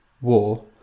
war